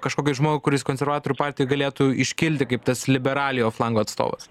kažkokį žmogų kuris konservatorių partijoj galėtų iškilti kaip tas liberaliojo flango atstovas